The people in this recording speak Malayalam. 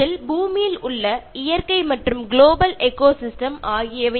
ഇത് ഭൂമിയിലുള്ള പ്രകൃതിദത്തമായ ജീവനുള്ളവയുടെ വാസസ്ഥലമാണ് ഉദ്ദേശിക്കുന്നത്